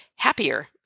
Happier